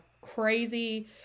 crazy